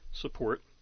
support